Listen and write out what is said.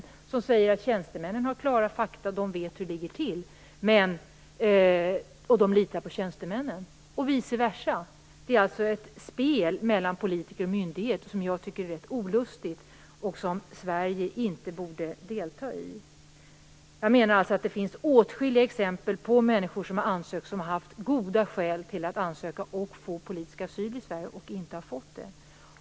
Politikerna säger att tjänstemännen har klara fakta och vet hur det ligger till och att de litar på tjänstemännen, och vice versa. Det är alltså ett spel mellan politiker och myndigheter som jag tycker är rätt olustigt och som man inte borde delta i. Det finns åtskilliga exempel på människor som har ansökt om politisk asyl i Sverige och som har haft goda skäl men som inte har fått det.